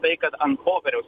tai kad ant popieriaus